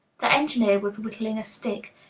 the engineer was whittling a stick.